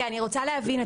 אני רוצה להבין,